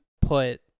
put